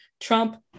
Trump